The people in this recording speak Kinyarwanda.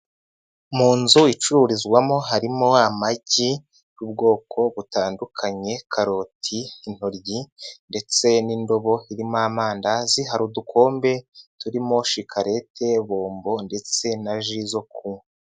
Mu nzu icururizwamo harimo amagi y'ubwoko butandukanye, karoti, intoryi ndetse n'indobo irimo amandazi, hari udukombe turimo shikarete, bombo ndetse na ji zo kunywa.